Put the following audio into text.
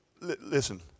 listen